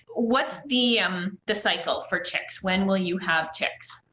what's the um the cycle for chicks, when will you have chicks?